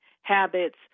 habits